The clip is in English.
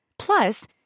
Plus